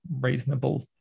reasonable